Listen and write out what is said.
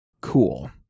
cool